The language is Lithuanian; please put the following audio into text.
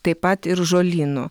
taip pat ir žolynų